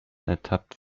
ertappt